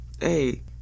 hey